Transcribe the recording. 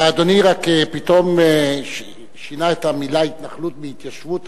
אדוני רק פתאום שינה את המלה התנחלות להתיישבות.